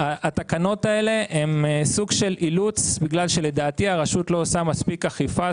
התקנות האלה הן סוג של אילוץ בגלל שלדעתי הרשות לא עושה מספיק אכיפה.